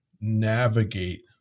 navigate